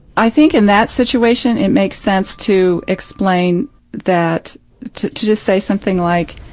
i think in that situation it makes sense to explain that to to just say something like,